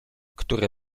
które